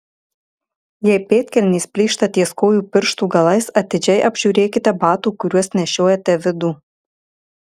jei pėdkelnės plyšta ties kojų pirštų galais atidžiai apžiūrėkite batų kuriuos nešiojate vidų